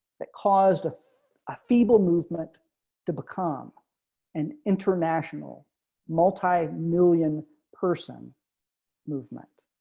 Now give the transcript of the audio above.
that caused a feeble movement to become an international multi million person movement.